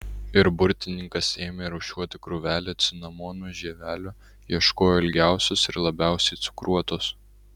ir burtininkas ėmė rūšiuoti krūvelę cinamonų žievelių ieškojo ilgiausios ir labiausiai cukruotos